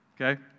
Okay